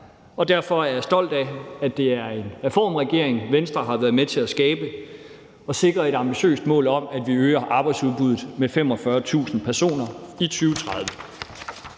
og derfor er jeg stolt af, at Venstre har været med til at skabe en reformregering og sikre et ambitiøst mål om, at vi øger arbejdsudbuddet med 45.000 personer i 2030.